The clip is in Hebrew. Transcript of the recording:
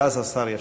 ואז השר ישיב.